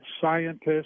scientists